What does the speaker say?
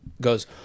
goes